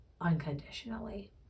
unconditionally